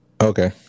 Okay